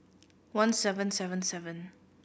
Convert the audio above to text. one seven seven seven